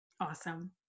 awesome